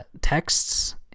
texts